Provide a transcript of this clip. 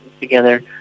together